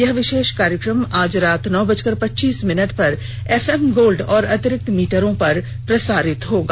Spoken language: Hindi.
यह विशेष कार्यक्रम आज रात नौ बजकर पच्चीस मिनट पर एफएम गोल्ड और अतिरिक्त मीटरों पर प्रसारित होगा